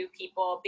people